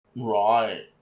right